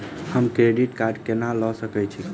हम credit card कोना लऽ सकै छी?